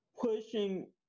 pushing